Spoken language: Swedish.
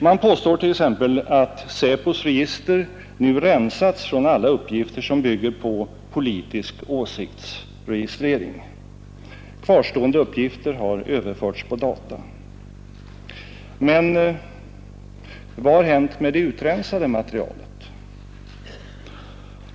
Man påstår t.ex. att SÄPO:s register nu rensats från alla uppgifter som bygger på politisk åsiktsregistrering. Kvarstående uppgifter har överförts på data. Men vad har hänt med det utrensade materialet?